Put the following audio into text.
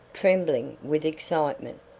trembling with excitement,